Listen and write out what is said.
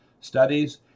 studies